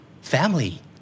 family